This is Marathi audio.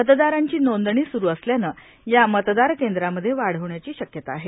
मतदारांची नांदणी सुरु असल्यानं या मतदार कद्रामध्ये वाढ होण्याची शक्यता आहे